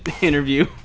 interview